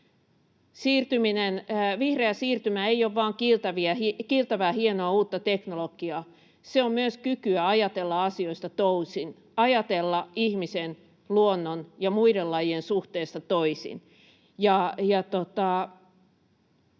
Vihreä siirtymä ei ole vain kiiltävää, hienoa, uutta teknologiaa. Se on myös kykyä ajatella asioista toisin, ajatella ihmisen, luonnon ja muiden lajien suhteesta toisin.